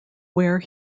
where